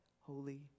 holy